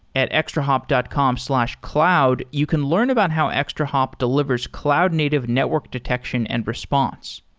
at extrahop dot com slash cloud, you can learn about how extrahop delivers cloud-native network detection and response.